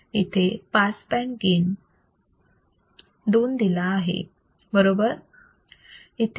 इथे pass band gain 2 दिला आहे बरोबर